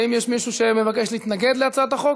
האם יש מישהו שמבקש להתנגד להצעת החוק?